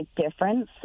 difference